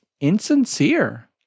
insincere